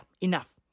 enough